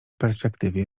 perspektywie